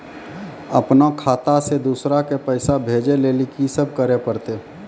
अपनो खाता से दूसरा के पैसा भेजै लेली की सब करे परतै?